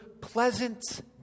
pleasant